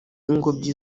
ingobyi